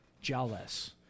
jealous